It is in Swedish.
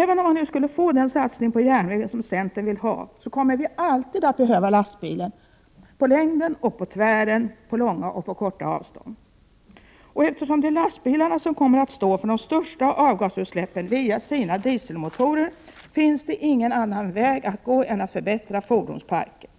Även om man nu skulle få den satsning på järnvägen som centern vill ha, kommer vi alltid att behöva lastbilen, på längden och på tvären och på långa och på korta avstånd. Eftersom det är lastbilarna som via sina dieselmotorer kommer att stå för de största avgasutsläppen finns det ingen annan väg att gå än att förbättra fordonsparken.